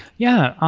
yeah.